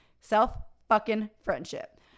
Self-fucking-friendship